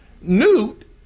Newt